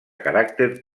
caràcter